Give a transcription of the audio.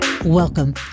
Welcome